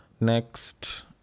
Next